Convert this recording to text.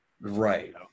Right